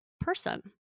person